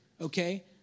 okay